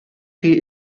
chi